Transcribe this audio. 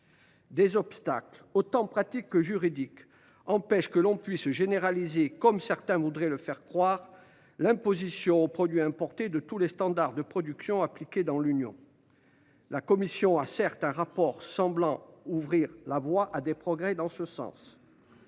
Des obstacles autant pratiques que juridiques empêchent que l’on puisse généraliser, comme certains voudraient le faire croire, l’imposition aux produits importés de tous les standards de production appliqués dans l’Union européenne. Certes, la Commission européenne a un rapport semblant ouvrir la voie à des progrès dans ce sens.